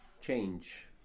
change